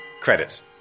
Credits